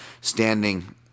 standing